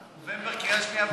בנובמבר קריאה שנייה ושלישית?